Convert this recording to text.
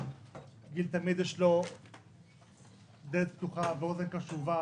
לגיל תמיד יש דלת פתוחה ואוזן קשובה,